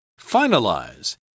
Finalize